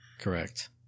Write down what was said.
Correct